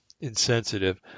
insensitive